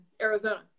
Arizona